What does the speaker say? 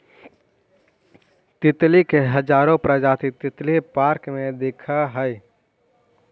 तितली के हजारो प्रजाति तितली पार्क में दिखऽ हइ